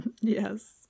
Yes